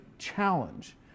challenge